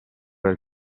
del